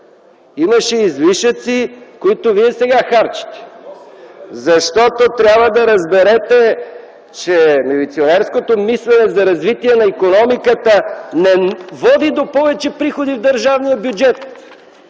Имаше излишъци, които вие сега харчите. Трябва да разберете, че милиционерското мислене за развитие на икономиката не води до повече приходи в държавния бюджет.